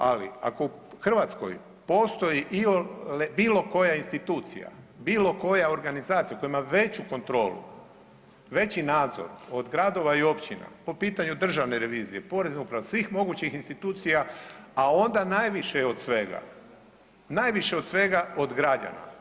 Ali ako u Hrvatskoj postoji iole bilo koja institucija, bilo koja organizacija koja ima veću kontrolu, veći nadzor od gradova i općina po pitanju državne revizije, porezne uprave, svih mogućih institucija a onda najviše od svega od građana.